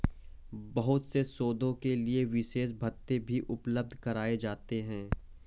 बहुत से शोधों के लिये विशेष भत्ते भी उपलब्ध कराये जाते हैं